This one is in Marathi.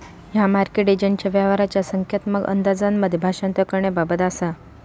ह्या मार्केट एजंटच्या व्यवहाराचा संख्यात्मक अंदाजांमध्ये भाषांतर करण्याबाबत असा